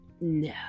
No